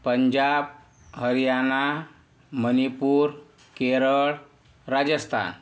Punjab Haryana Manipur Kerala Rajasthan